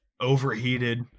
overheated